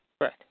Right